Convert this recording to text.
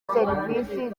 serivisi